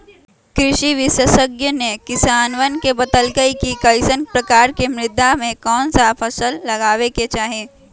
कृषि विशेषज्ञ ने किसानवन के बतल कई कि कईसन प्रकार के मृदा में कौन सा फसल लगावे के चाहि